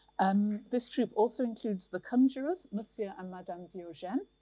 um this troupe also includes the conjurers, the seer and madame diogene.